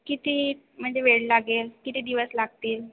किती म्हणजे वेळ लागेल किती दिवस लागतील